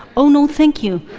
oh, no thank you. i